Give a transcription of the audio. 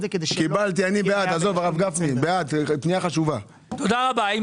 תתמוך בזה עכשיו.